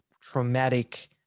traumatic